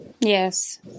yes